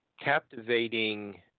captivating